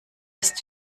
ist